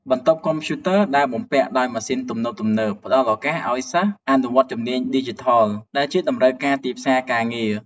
បន្ទប់កុំព្យូទ័រដែលបំពាក់ដោយម៉ាស៊ីនទំនើបៗផ្តល់ឱកាសឱ្យសិស្សអនុវត្តជំនាញឌីជីថលដែលជាតម្រូវការទីផ្សារការងារ។